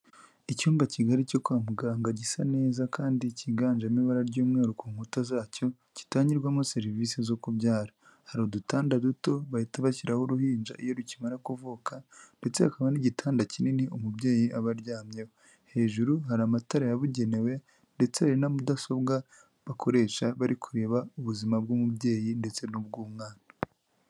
Icyumba kigari cyo kwa muganga gisa neza kandi kiganjemo ibara ry'umweru ku nkuta zacyo, gitangirwamo serivisi zo kubyara, hari udutanda duto bahita bashyiraho uruhinja iyo rukimara kuvuka, ndetse hakaba n'igitanda kinini umubyeyi aba aryamyeho, hejuru hari amatara yabugenewe ndetse hari na mudasobwa bakoresha bari kureba ubuzima bw'umubyeyi ndetse n'ubw'umwana.